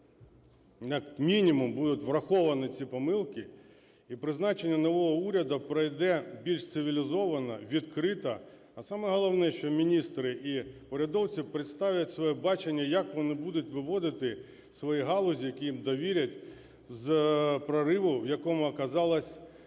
як мінімум будуть враховані ці помилки, і призначення нового уряду пройде більш цивілізовано, відкрито, а саме головне, що міністри і урядовці представлять своє бачення, як вони будуть виводити свої галузі, які їм довірять, з прориву, в якому оказалась